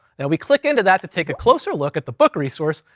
and we click into that to take a closer look at the book resource,